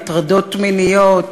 הטרדות מיניות,